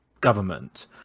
government